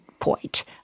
point